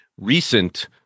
recent